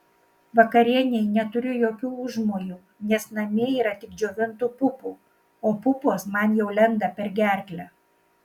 vakarienei neturiu jokių užmojų nes namie yra tik džiovintų pupų o pupos man jau lenda per gerklę